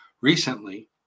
Recently